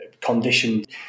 conditioned